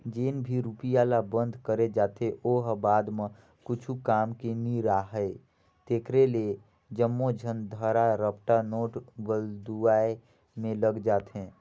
जेन भी रूपिया ल बंद करे जाथे ओ ह बाद म कुछु काम के नी राहय तेकरे ले जम्मो झन धरा रपटा नोट बलदुवाए में लग जाथे